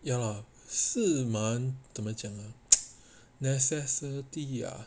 ya lah 是蛮怎么讲 necessity ah